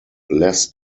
les